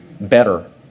better